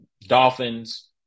Dolphins